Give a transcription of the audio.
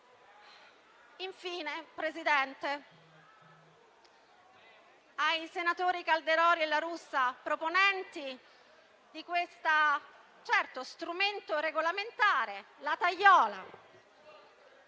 Infine, Presidente, ai senatori Calderoli e La Russa, proponenti dello strumento regolamentare della tagliola,